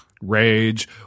rage